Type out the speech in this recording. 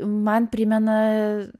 man primena